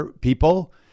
people